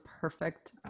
perfect